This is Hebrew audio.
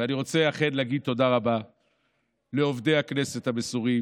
ואני רוצה אכן להגיד תודה רבה לעובדי הכנסת המסורים,